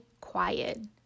quiet